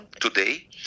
today